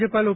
રાજ્યપાલ ઓ